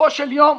בסופו של יום,